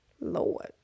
Lord